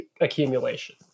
accumulation